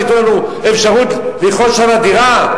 תיתנו לנו אפשרות לרכוש שם דירה?